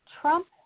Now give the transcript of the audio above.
Trump